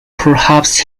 perhaps